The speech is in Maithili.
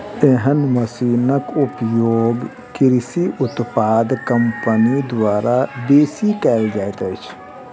एहन मशीनक उपयोग कृषि उत्पाद कम्पनी द्वारा बेसी कयल जाइत अछि